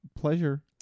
pleasure